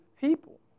people